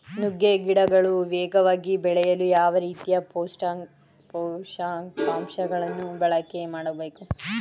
ನುಗ್ಗೆ ಗಿಡಗಳು ವೇಗವಾಗಿ ಬೆಳೆಯಲು ಯಾವ ರೀತಿಯ ಪೋಷಕಾಂಶಗಳನ್ನು ಬಳಕೆ ಮಾಡಬೇಕು?